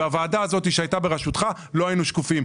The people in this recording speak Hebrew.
וכשהוועדה הזאת הייתה בראשותך, לא היינו שקופים.